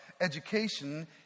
education